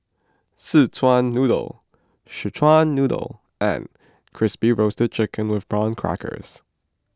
Szechuan Noodle Szechuan Noodle and Crispy Roasted Chicken with Prawn Crackers